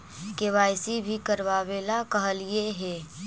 KYC भी करवावेला कहलिये हे?